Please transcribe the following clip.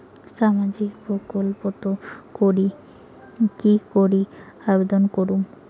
সামাজিক প্রকল্পত কি করি আবেদন করিম?